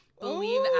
believe